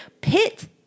pit